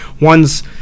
One's